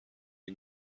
این